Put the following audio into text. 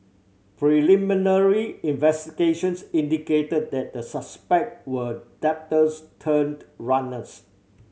preliminary investigations indicated that the suspect were debtors turned runners